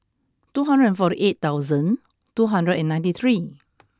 two hundred and forty eight thousand two hundred and ninety three